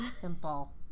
Simple